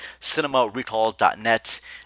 cinemarecall.net